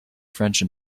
french